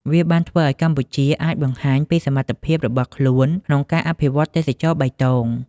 វាបានធ្វើឲ្យកម្ពុជាអាចបង្ហាញពីសមត្ថភាពរបស់ខ្លួនក្នុងការអភិវឌ្ឍទេសចរណ៍បៃតង។